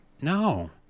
No